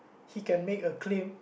he can make a claim